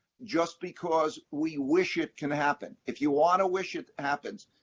just because we wish it can happen. if you want to wish it happens,